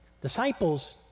Disciples